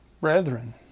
brethren